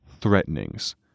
threatenings